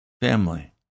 family